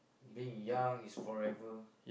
being young is forever